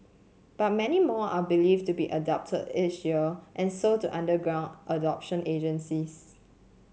but many more are believed to be abducted each year and sold to underground adoption agencies